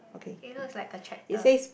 it looks like a tractor